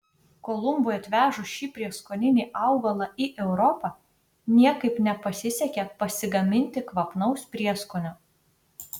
kolumbui atvežus šį prieskoninį augalą į europą niekaip nepasisekė pasigaminti kvapnaus prieskonio